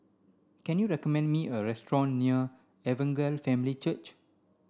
can you recommend me a restaurant near Evangel Family Church